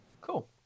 Cool